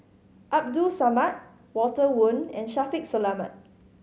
Abdul Samad Walter Woon and Shaffiq Selamat